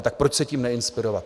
Tak proč se tím neinspirovat?